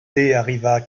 arriva